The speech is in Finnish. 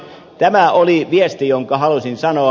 tämä oli viesti jonka halusin sanoa